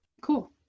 cool